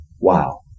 wow